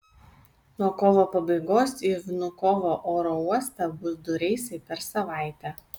nuo kovo pabaigos į vnukovo oro uostą bus du reisai per savaitę